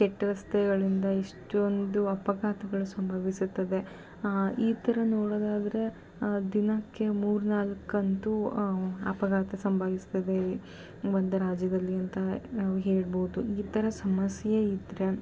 ಕೆಟ್ಟ ರಸ್ತೆಗಳಿಂದ ಎಷ್ಟೊಂದು ಅಪಘಾತಗಳು ಸಂಭವಿಸುತ್ತದೆ ಈ ಥರ ನೋಡೋದಾದರೆ ದಿನಕ್ಕೆ ಮೂರು ನಾಲ್ಕಂತೂ ಅಪಘಾತ ಸಂಭವಿಸ್ತದೆ ಒಂದೇ ರಾಜ್ಯದಲ್ಲಿ ಅಂತ ನಾವು ಹೇಳ್ಬೋದು ಈ ಥರ ಸಮಸ್ಯೆ ಇದ್ದರೆ